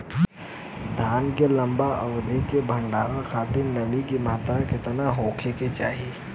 धान के लंबा अवधि क भंडारण खातिर नमी क मात्रा केतना होके के चाही?